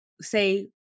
say